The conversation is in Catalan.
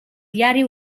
diari